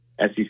SEC